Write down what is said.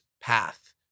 path